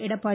Edappadi